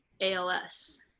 ALS